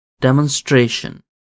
demonstration